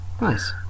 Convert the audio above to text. Nice